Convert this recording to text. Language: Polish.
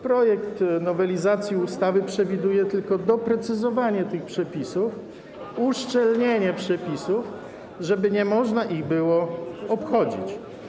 Projekt nowelizacji ustawy przewiduje tylko doprecyzowanie tych przepisów, uszczelnienie przepisów, żeby nie można ich było obchodzić.